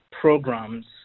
programs